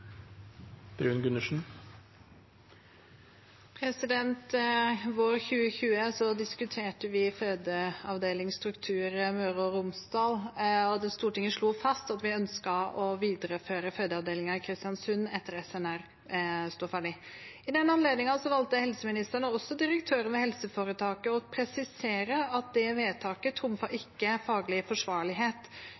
2020 diskuterte vi fødeavdelingsstruktur i Møre og Romsdal, og Stortinget slo fast at vi ønsket å videreføre fødeavdelingen i Kristiansund etter at Sykehuset Nordmøre og Romsdal, SNR, sto ferdig. I den anledning valgte helseministeren, og også direktøren ved helseforetaket, å presisere at det vedtaket